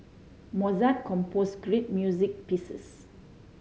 Mozart compose great music pieces